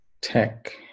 Tech